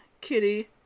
Kitty